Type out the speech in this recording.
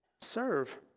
Serve